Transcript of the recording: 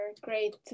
great